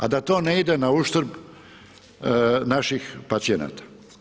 A da to ne ide na nauštrb naših pacijenata.